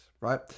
Right